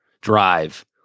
drive